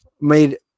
made